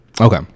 Okay